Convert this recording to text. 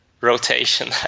rotation